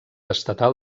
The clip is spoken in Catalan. estatal